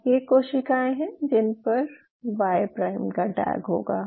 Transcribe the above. अब ये कोशिकाएं हैं जिन पर वाई प्राइम का टैग होगा